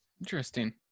Interesting